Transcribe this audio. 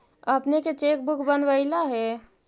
अपने के cheque book बनवइला हे